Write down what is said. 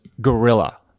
Gorilla